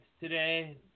today